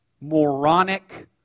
moronic